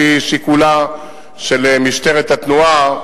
לפי שיקולה של משטרת התנועה,